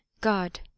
god